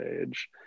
age